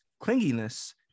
clinginess